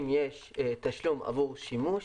אם יש תשלום עבור שימוש,